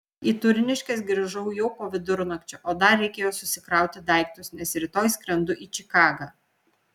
į turniškes grįžau jau po vidurnakčio o dar reikėjo susikrauti daiktus nes rytoj skrendu į čikagą